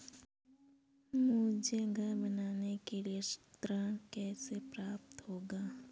मुझे घर बनवाने के लिए ऋण कैसे प्राप्त होगा?